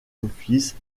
offices